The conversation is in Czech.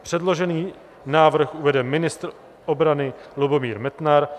Předložený návrh uvede ministr obrany Lubomír Metnar.